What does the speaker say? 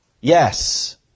Yes